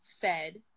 fed